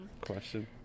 question